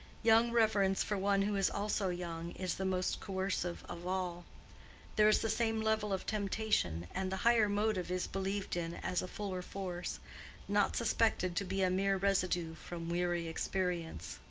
young reverence for one who is also young is the most coercive of all there is the same level of temptation, and the higher motive is believed in as a fuller force not suspected to be a mere residue from weary experience.